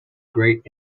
great